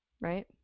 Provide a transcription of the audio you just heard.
right